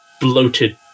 bloated